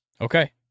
Okay